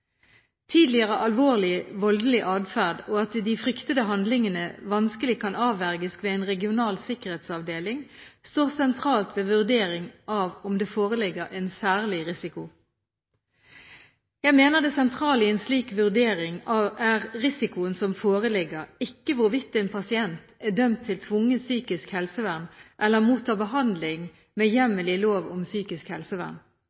Tidligere alvorlig voldelig adferd og at de fryktede handlingene vanskelig kan avverges ved en regional sikkerhetsavdeling, står sentralt ved vurdering av om det foreligger en særlig risiko. Jeg mener det sentrale i en slik vurdering er risikoen som foreligger, ikke hvorvidt en pasient er dømt til tvungent psykisk helsevern eller mottar behandling med hjemmel i lov om psykisk helsevern.